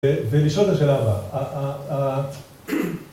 ‫ולשאול את השאלה הבאה: